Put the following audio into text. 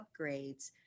upgrades